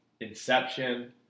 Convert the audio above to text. Inception